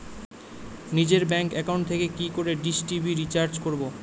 নিজের bank account থেকে কি করে ডিশ টি.ভি রিচার্জ করবো?